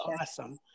awesome